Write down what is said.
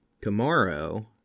tomorrow